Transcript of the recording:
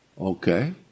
Okay